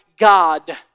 God